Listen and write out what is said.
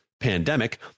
pandemic